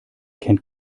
kennt